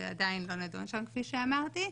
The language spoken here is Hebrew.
ועדיין לא נדון שם כפי שאמרתי.